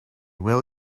will